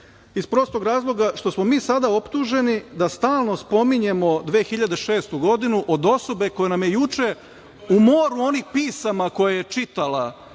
iz prostog razloga što smo mi sada optuženi da stalno spominjemo 2006. godinu od osobe koja nam je juče u moru onih pisama koje je čitala,